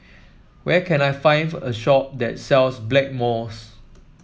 where can I find a shop that sells Blackmores